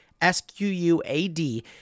S-Q-U-A-D